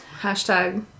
Hashtag